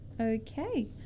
Okay